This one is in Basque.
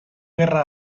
gerra